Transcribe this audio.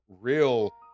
real